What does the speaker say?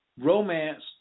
romance